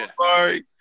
sorry